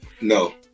No